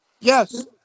Yes